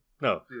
No